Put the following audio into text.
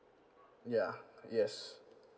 ya yes